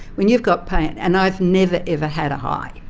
when you've got pain, and i've never, ever had a high.